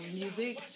music